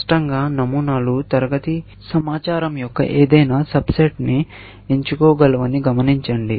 స్పష్టంగా నమూనాలు తరగతి సమాచారం యొక్క ఏదైనా సబ్ సెట్ ని ఎంచుకోగలవని గమనించండి